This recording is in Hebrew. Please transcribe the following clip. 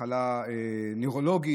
מחלה נוירולוגית,